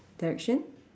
direction